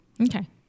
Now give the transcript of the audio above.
Okay